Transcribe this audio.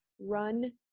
run